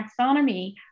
taxonomy